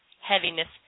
heaviness